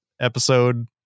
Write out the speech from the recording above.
episode